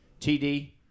TD